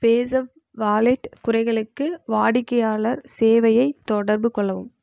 பேஸாப் wallet குறைகளுக்கு வாடிக்கையாளர் சேவையை தொடர்புக்கொள்ளவும்